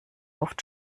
oft